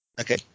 okay